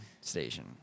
station